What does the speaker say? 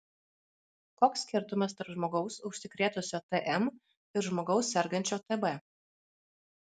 koks skirtumas tarp žmogaus užsikrėtusio tm ir žmogaus sergančio tb